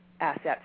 assets